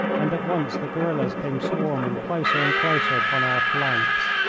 and at once the guerillas came swarming closer and closer upon our flanks.